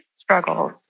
struggles